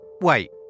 Wait